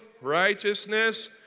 righteousness